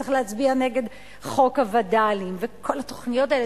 צריך להצביע נגד חוק הווד"לים וכל התוכניות האלה,